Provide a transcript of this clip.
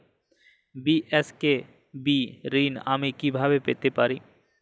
BSKB ঋণ আমি কিভাবে পেতে পারি?